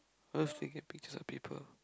I love taking pictures of people